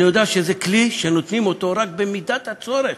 אני יודע שזה כלי שנותנים אותו רק במידת הצורך,